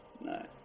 No